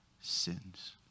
sins